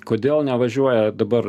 kodėl nevažiuoja dabar